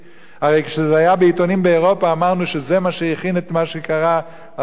הרי כשזה היה בעיתונים באירופה אמרנו שזה מה שהכין את מה שקרה אחר כך.